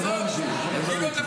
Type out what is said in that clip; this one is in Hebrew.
זה לא שינוי מהבסיס --- נתת לו פתק,